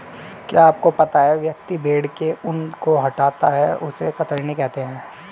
क्या आपको पता है व्यक्ति भेड़ के ऊन को हटाता है उसे कतरनी कहते है?